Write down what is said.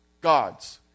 God's